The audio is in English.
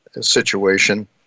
situation